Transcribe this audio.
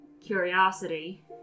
curiosity